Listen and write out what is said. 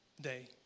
day